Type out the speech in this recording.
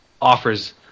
offers